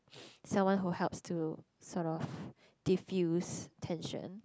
someone who helps to sort of defuse tension